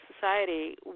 society